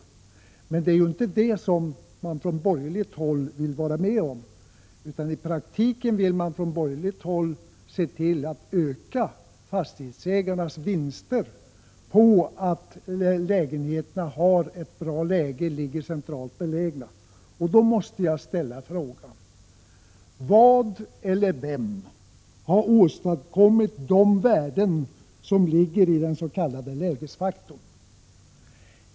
Det vill man från borgerligt håll inte vara med om, utan man villi praktiken se till att fastighetsägarna kan öka sina vinster på grund av att lägenheterna är centralt belägna. Jag måste då ställa frågan: Vad eller vem har åstadkommit de värden som ligger i dens.k. lägesfaktorn?